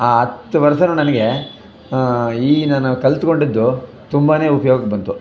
ಆ ಹತ್ತು ವರ್ಷನು ನನಗೆ ಈ ನಾನು ಕಲ್ತ್ಕೊಂಡಿದ್ದು ತುಂಬ ಉಪ್ಯೋಗಕ್ಕೆ ಬಂತು